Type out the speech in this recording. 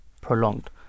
prolonged